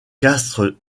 castres